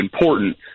important